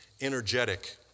Energetic